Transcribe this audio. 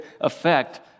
effect